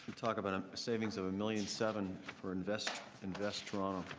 talk about a savings of a million seven for invest invest toronto.